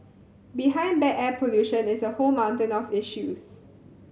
behind bad air pollution is a whole mountain of issues